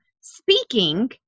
speaking